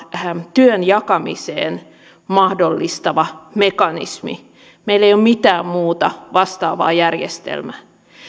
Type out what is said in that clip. työn jakamisen mahdollistava mekanismi meillä ei ole mitään muuta vastaavaa järjestelmää